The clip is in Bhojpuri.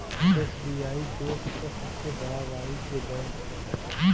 एस.बी.आई देश क सबसे बड़ा वाणिज्यिक बैंक हौ